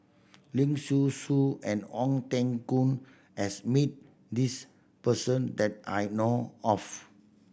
Leong Soo Soo and Ong Teng Koon has meet this person that I know of